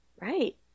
Right